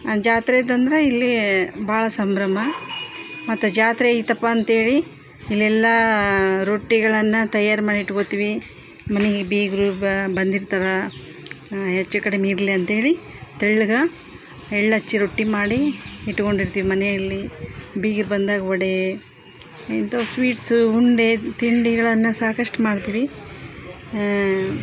ಆ ಜಾತ್ರೆದು ಅಂದ್ರೆ ಇಲ್ಲಿ ಭಾಳ ಸಂಭ್ರಮ ಮತ್ತು ಜಾತ್ರೆ ಇತ್ತಪ್ಪ ಅಂಥೇಳಿ ಇಲ್ಲೆಲ್ಲ ರೊಟ್ಟಿಗಳನ್ನು ತಯಾರು ಮಾಡಿ ಇಟ್ಕೊಳ್ತೀವಿ ಮನೆಗೆ ಬೀಗರು ಬಂದಿರ್ತಾರೆ ಹೆಚ್ಚು ಕಡಿಮೆ ಇರಲಿ ಅಂಥೇಳಿ ತೆಳ್ಳಗೆ ಎಳ್ಳು ಹಚ್ಚಿ ರೊಟ್ಟಿ ಮಾಡಿ ಇಟ್ಕೊಂಡಿರ್ತೀವಿ ಮನೆಯಲ್ಲಿ ಬೀಗ್ರು ಬಂದಾಗ ವಡೆ ಇಂಥವು ಸ್ವೀಟ್ಸು ಉಂಡೆ ತಿಂಡಿಗಳನ್ನು ಸಾಕಷ್ಟು ಮಾಡ್ತೀವಿ